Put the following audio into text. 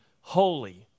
holy